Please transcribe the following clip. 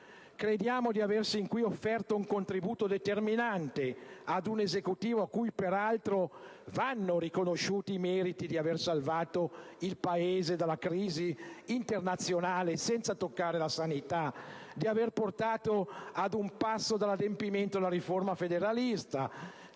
Crediamo di aver sin qui offerto un contributo determinante ad un Esecutivo a cui, peraltro, vanno riconosciuti i meriti di aver salvato il Paese dalla crisi internazionale senza toccare la sanità, di aver portato a un passo dall'adempimento la riforma federalista,